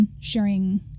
sharing